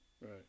Right